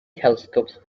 telescopes